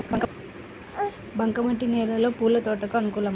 బంక మట్టి నేలలో పూల తోటలకు అనుకూలమా?